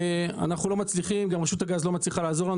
אנחנו לא מצליחים וגם רשות הגז לא מצליחה לעזור לנו,